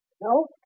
No